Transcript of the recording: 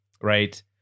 right